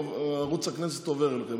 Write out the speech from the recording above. ערוץ הכנסת עובר אליכם,